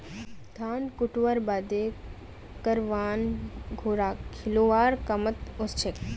धान कुटव्वार बादे करवान घोड़ाक खिलौव्वार कामत ओसछेक